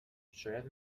شاید